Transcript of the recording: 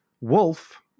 Wolf